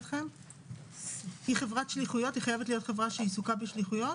היא חייבת להיות חברה שעיסוקה בשליחויות?